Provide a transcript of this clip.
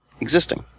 existing